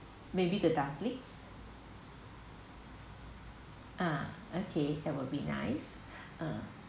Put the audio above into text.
maybe the dumplings uh okay that will be nice uh